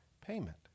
payment